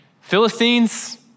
Philistines